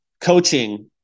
Coaching